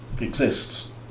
exists